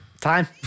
Time